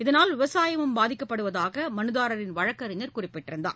இதனால் விவசாயமும் பாதிக்கப்படுவதாக மனுதாரரின் வழக்கறிஞர் குறிப்பிட்டார்